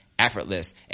Effortless